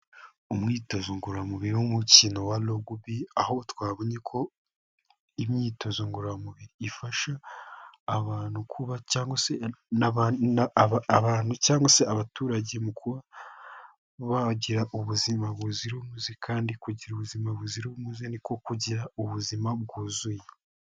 Umwitozo ngororamubiri w'umukino wa Rogubi aho twabonye ko imyitozo ngororamubiri ifasha abantu kuba cyangwa se abantu cyangwa se abaturage mukuba bagira ubuzima buzira umuze kandi kugira ubuzima buzira umuze niko kugira ubuzima bwuzuye.